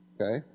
Okay